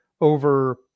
over